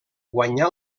guanyà